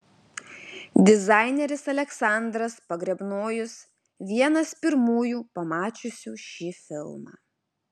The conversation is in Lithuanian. dizaineris aleksandras pogrebnojus vienas pirmųjų pamačiusių šį filmą